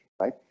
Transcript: right